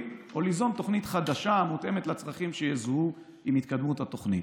או ליזום תוכנית חדשה המותאמת לצרכים שיזוהו עם התקדמות התוכנית.